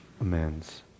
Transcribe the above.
amends